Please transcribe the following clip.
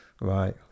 Right